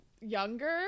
younger